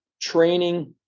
training